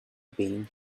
being